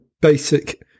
basic